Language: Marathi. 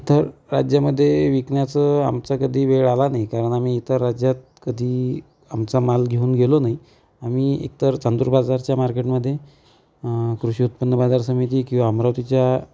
इथं राज्यामध्ये विकण्याचं आमचा कधी वेळ आला नाही कारण आम्ही इतर राज्यात कधी आमचा माल घेऊन गेलो नाही आम्ही एकतर चांदूरबाजारच्या मार्केटमध्ये कृषी उत्पन्न बाजार समिती किंवा अमरावतीच्या